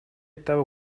того